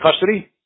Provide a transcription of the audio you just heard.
custody